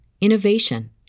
innovation